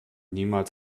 niemals